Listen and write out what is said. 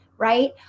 right